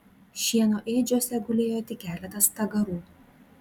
šieno ėdžiose gulėjo tik keletas stagarų